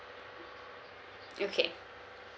okay